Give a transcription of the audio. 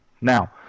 Now